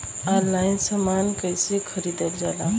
Online समान कैसे खरीदल जाला?